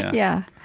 yeah.